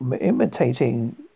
imitating